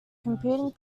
competing